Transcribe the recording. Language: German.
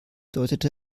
deutete